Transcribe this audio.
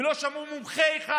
ולא שמעו מומחה אחד